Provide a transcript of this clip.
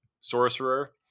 sorcerer